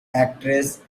actress